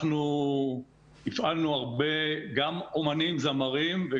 אנחנו הפעלנו הרבה אומנים וזמרים,